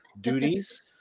duties